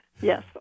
Yes